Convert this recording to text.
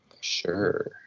Sure